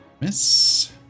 miss